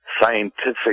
scientific